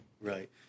right